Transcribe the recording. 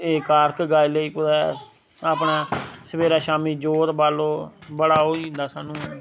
एह् कारक गाई लेई कुते अपने सबेरे शामी ज्योत बाल्लो बड़ा ओह् होई जंदा स्हानू